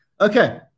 Okay